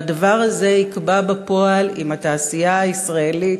והדבר הזה יקבע בפועל אם התעשייה הישראלית,